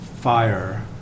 fire